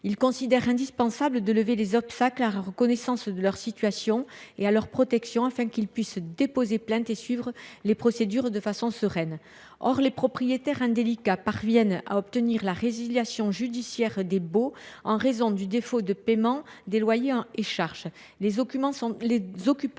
Ils jugent indispensable de lever les obstacles qui entravent la reconnaissance de leur situation et leur protection, afin qu’ils puissent déposer plainte et suivre les procédures de façon sereine. Certains propriétaires indélicats parviennent à obtenir la résiliation judiciaire des baux en raison du défaut de paiement des loyers et des charges. Les occupants sont